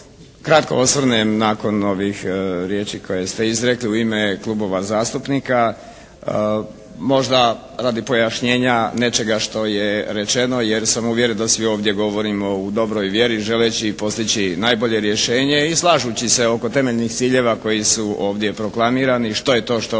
kratko osvrnem nakon ovih riječi koje ste izrekli u ime klubova zastupnika radi pojašnjenja nečega što je rečeno jer sam uvjeren da svi ovdje govorimo u dobroj vjeri želeći postići najbolje rješenje i slažući se oko temeljnih ciljeva koji su ovdje proklamirani što je to što